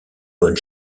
bonne